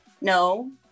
No